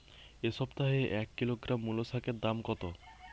এ সপ্তাহে এক কিলোগ্রাম মুলো শাকের দাম কত?